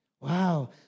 Wow